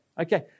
okay